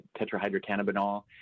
tetrahydrocannabinol